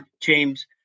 James